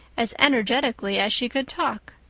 as energetically as she could talk.